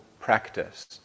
practice